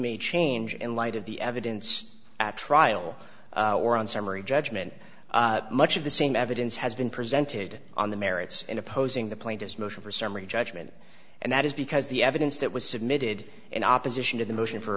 may change in light of the evidence at trial or on summary judgment much of the same evidence has been presented on the merits in opposing the plaintiff's motion for summary judgment and that is because the evidence that was submitted in opposition to the motion for